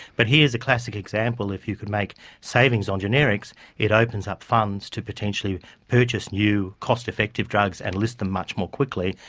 but here's a classic example. if you could make savings on generics it opens up funds to potentially purchase new cost-effective drugs and list them much more quickly.